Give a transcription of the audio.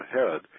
ahead